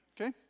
okay